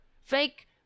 Fake